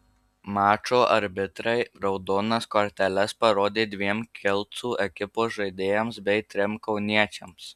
mačo arbitrai raudonas korteles parodė dviem kelcų ekipos žaidėjams bei trim kauniečiams